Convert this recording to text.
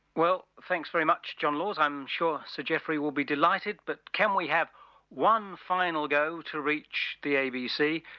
well thanks very much john laws, i'm sure sir geoffrey will be delighted. but can we have one final go to reach the abc.